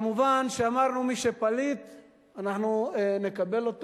מובן שאמרנו שמי שפליט,